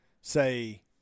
say